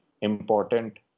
important